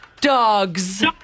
Dogs